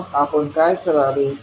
मग आपण काय करावे